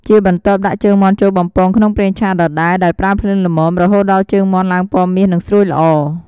ជាបន្ទាប់ដាក់ជើងមាន់ចូលបំពងក្នុងប្រេងឆាដដែល ដោយប្រើភ្លើងល្មម រហូតដល់ជើងមាន់ឡើងពណ៌មាសនិងស្រួយល្អ។